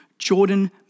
Jordan